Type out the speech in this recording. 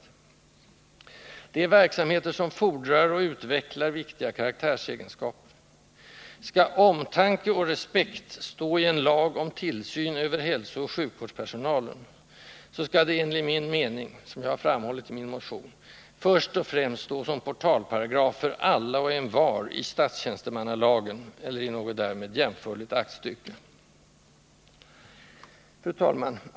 Det gäller verksamheter som kål fordrar och utvecklar viktiga karaktärsegenskaper. Skall ”omtanke och respekt” stå i en lag om tillsyn över hälsooch sjukvårdspersonalen skall detta enligt min mening — som jag framhållit i min motion — först och främst stå som en portalparagraf för alla och envar i statstjänstemannalagen eller något därmed jämförligt aktstycke. Fru talman!